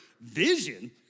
vision